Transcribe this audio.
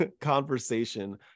conversation